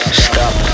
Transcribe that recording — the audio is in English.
stop